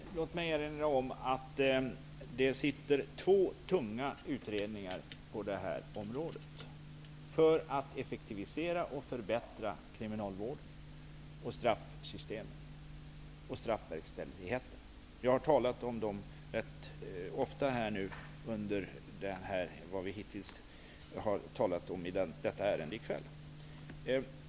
Herr talman! Låt mig erinra om att det sitter två tunga utredningar på det här området för att effektivisera och förbättra kriminalvården, straffsystemet och straffverkställigheten. Vi har redan talat om det i den debatt som vi hittills fört i ärendet i kväll.